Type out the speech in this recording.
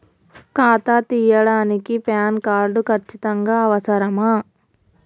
ఖాతా తీయడానికి PAN card ఖచ్చితంగా అవసరమా?